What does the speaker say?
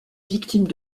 victimes